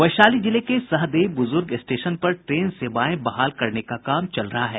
वैशाली जिले के सहदेईबुजुर्ग स्टेशन पर ट्रेन सेवाएं बहाल करने का काम चल रहा है